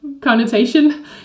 connotation